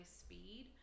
speed